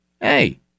hey